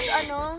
ano